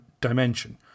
dimension